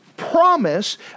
Promise